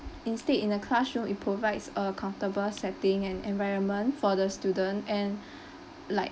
instead in a classroom it provides a comfortable setting and environment for the student and like